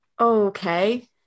okay